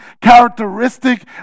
characteristic